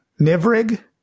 Nivrig